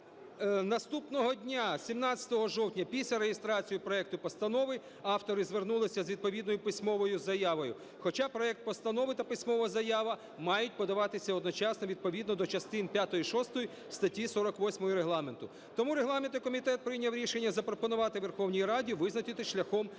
Наступного дня, 17 жовтня, після реєстрації проекту постанови автори звернулись з відповідною письмовою заявою, хоча проект постанови та письмова заява мають подаватися одночасно відповідно до частин п'ятої і шостої статті 48 Регламенту. Тому регламентний комітет прийняв рішення запропонувати Верховній Раді визначитись шляхом